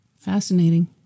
Fascinating